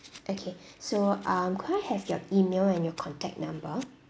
okay so um could I have your email and your contact number